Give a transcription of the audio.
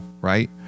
right